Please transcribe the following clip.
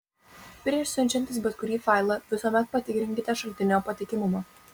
prieš siunčiantis bet kurį failą visuomet patikrinkite šaltinio patikimumą